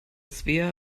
svea